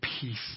peace